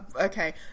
Okay